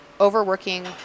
overworking